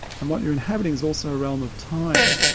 and what you're inhabiting is also a realm of time.